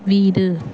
வீடு